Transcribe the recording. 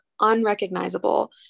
unrecognizable